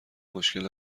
مشکل